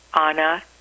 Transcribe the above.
Anna